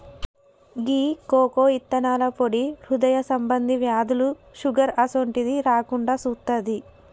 గీ cocoa ఇత్తనాల పొడి హృదయ సంబంధి వ్యాధులు, షుగర్ అసోంటిది రాకుండా సుత్తాది